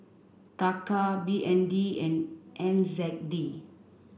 Taka B N D and N Z D